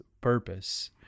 purpose